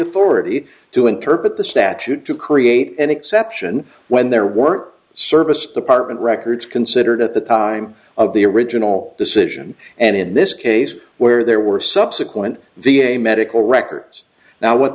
authority to interpret the statute to create an exception when there were service department records considered at the time of the original decision and in this case where there were subsequent v a medical records now w